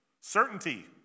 certainty